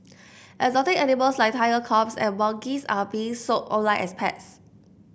exotic animals like tiger cubs and monkeys are being sold online as pets